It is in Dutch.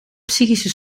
psychische